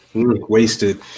Wasted